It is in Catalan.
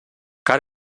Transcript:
car